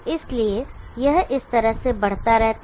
इसलिए यह इस तरह से बढ़ता रहता है